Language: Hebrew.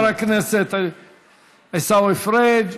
תודה לחבר הכנסת עיסאווי פריג'.